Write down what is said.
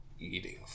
Eating